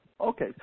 okay